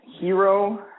Hero